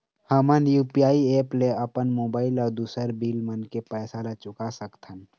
हमन UPI app ले अपन मोबाइल अऊ दूसर बिल मन के पैसा ला चुका सकथन